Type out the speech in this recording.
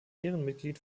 ehrenmitglied